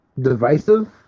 divisive